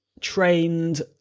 trained